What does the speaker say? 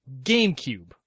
GameCube